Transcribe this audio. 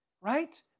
Right